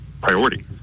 priority